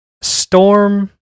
Storm